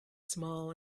small